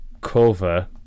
cover